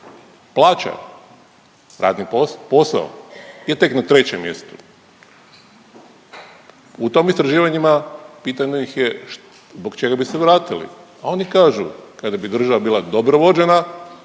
Plaće, radni posao je tek na trećem mjestu. U tim istraživanjima pitano ih je zbog čega bi se vratili, a oni kažu, kada bi država bila dobro vođena